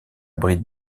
bride